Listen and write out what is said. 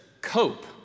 cope